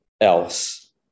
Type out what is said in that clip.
else